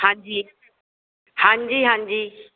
ਹਾਂਜੀ ਹਾਂਜੀ ਹਾਂਜੀ